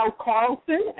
Carlson